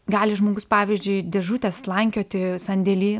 gali žmogus pavyzdžiui dėžutes slankioti sandėly